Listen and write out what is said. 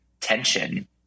tension